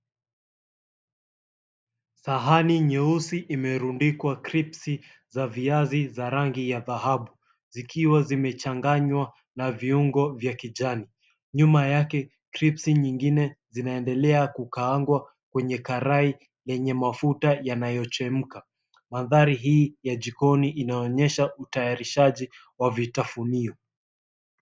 Sahani nyeusi imerundikwa cripsi za viazi za rangi ya dhahabu zikiwa zimechanganywa na viungo vya kijani. Nyuma yake cripsi nyingine zinaendelea kukaangwa kwenye karai yenye mafuta yanayochemka. Mandhari hii ya jikoni inaonyesha utayarishaji wa vitafunio.